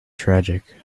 tragic